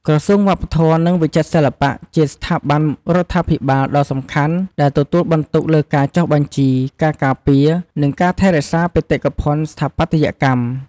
ក្រសួងវប្បធម៌ និងវិចិត្រសិល្បៈ ជាស្ថាប័នរដ្ឋាភិបាលដ៏សំខាន់ដែលទទួលបន្ទុកលើការចុះបញ្ជី ការការពារ និងការថែរក្សាបេតិកភណ្ឌស្ថាបត្យកម្ម។